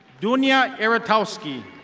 dunya aritowski.